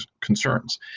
concerns